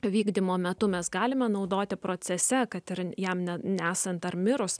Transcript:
vykdymo metu mes galime naudoti procese kad ir jam ne nesant ar mirus